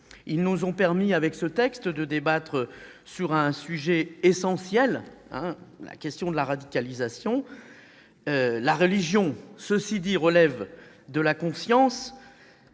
Ils nous ont permis, avec ce texte, de débattre sur un sujet essentiel, à savoir la question de la radicalisation. Cela dit, la religion relève de la conscience,